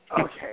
Okay